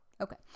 Okay